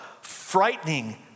frightening